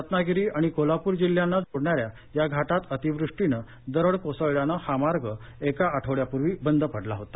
रत्नागिरी आणि कोल्हापूर जिल्ह्यांना जोडणाऱ्या या घाटात अतिवृष्टीन दरड कोसळल्यान हा मार्ग एका आठवड्यापूर्वी बद पडला होता